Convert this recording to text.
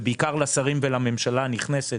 ובעיקר לשרים ולממשלה הנכנסת,